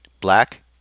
black